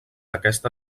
aquesta